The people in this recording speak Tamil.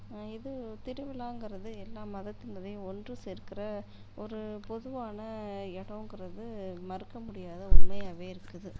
இது திருவிழாங்கிறது எல்லா மதத்தினரையும் ஒன்று சேர்க்கிற ஒரு பொதுவான இடங்குறது மறுக்கமுடியாத உண்மையாகவே இருக்குது